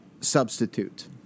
substitute